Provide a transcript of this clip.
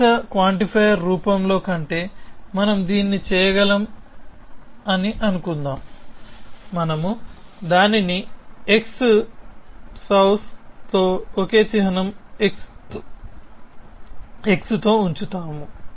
అవ్యక్త క్వాంటిఫైయర్ రూపంలో కంటే మనం దీన్ని చేయగలమని అనుకుందాం మనము దానిని x సౌస్తో ఒకే చిహ్నం x తో ఉంచుతాము